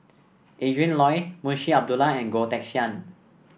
Adrin Loi Munshi Abdullah and Goh Teck Sian